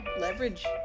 leverage